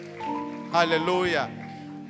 Hallelujah